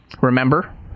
remember